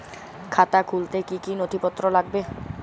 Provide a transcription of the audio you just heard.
খাতা খুলতে কি কি নথিপত্র লাগবে?